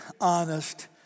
honest